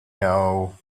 know